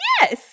Yes